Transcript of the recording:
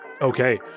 Okay